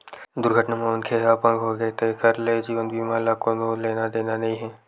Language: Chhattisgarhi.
दुरघटना म मनखे ह अपंग होगे तेखर ले जीवन बीमा ल कोनो लेना देना नइ हे